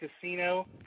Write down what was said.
casino